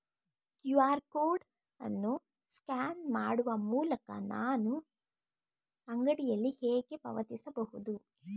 QR code ಅನ್ನು scan ಮಾಡುವ ಮೂಲಕ ನಾನು ಅಂಗಡಿಯಲ್ಲಿ ಹೇಗೆ ಪಾವತಿಸಬಹುದು?